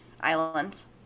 Islands